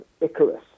Icarus